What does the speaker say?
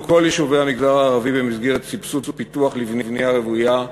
יישובי המגזר הערבי במסגרת סבסוד פיתוח לבנייה רוויה,